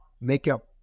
makeup